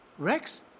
Rex